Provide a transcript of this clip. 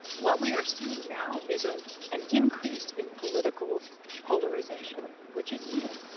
what we are seeing now, is ah an increase in political polarization, which is new.